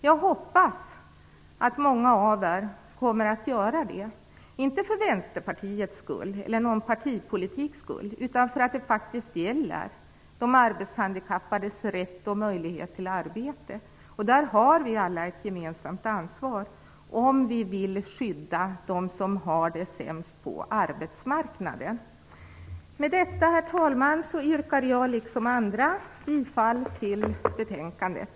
Jag hoppas att många av er kommer att göra det - inte för Vänsterpartiets skull eller av partipolitiska skäl, utan för att det faktiskt gäller de arbetshandikappades rätt och möjlighet till arbete. Där har vi alla ett gemensamt ansvar, om vi vill skydda dem som har det sämst på arbetsmarknaden. Herr talman! Med detta yrkar jag liksom andra bifall till utskottets hemställan.